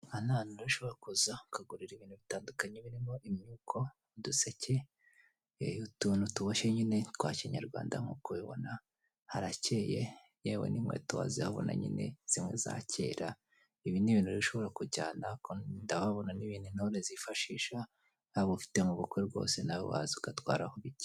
Aha ni ahantu rero ushobora kuza ukahagurira ibintu bitandukanye birimo imyuko, uduseke, utuntu tuboshye nyine twa kinyarwanda nkuko ubibona harakeye yewe n'inketo wazihabona nyine zimwe za cyera, ibi ni ibntu rero ushobora kujyana ndahabona n'ibindi intore zifashisha waba ufite mubukwe rwose waza ugatwaraho bicye.